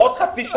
תודה.